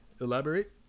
Elaborate